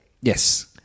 Yes